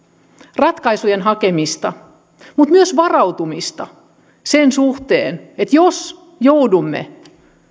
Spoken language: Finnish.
ratkaisujen hakemista mutta myös varautumista sen suhteen että jos joudumme